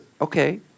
okay